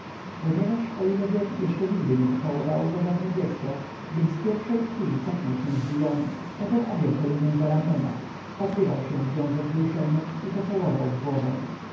ponieważ o ile wiem jeszcze nigdy nie pocałowało go żadne dziecko więc w pierwszej chwili cofnął się zdziwiony potem objął helunię za ramiona wpatrywał się w nią ze wzruszeniem i pocałował w głowę